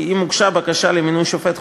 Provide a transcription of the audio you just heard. כי אם הוגשה בקשה למינוי שופט חוקר,